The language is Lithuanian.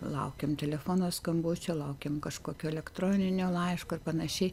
laukiam telefono skambučio laukiam kažkokio elektroninio laiško ir panašiai